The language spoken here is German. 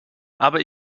aber